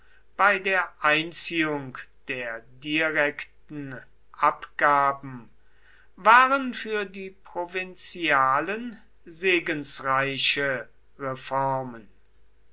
bei der einziehung der direkten abgaben waren für die provinzialen segensreiche reformen